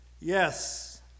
Yes